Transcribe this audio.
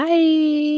Bye